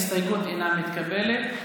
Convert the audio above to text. ההסתייגות אינה מתקבלת.